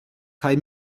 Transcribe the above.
kaj